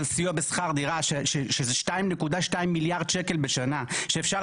הסיוע בשכר דירה שהוא 2.2 מיליארד שקלים בשנה שאפשר